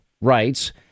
rights